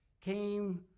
came